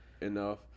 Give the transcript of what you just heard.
enough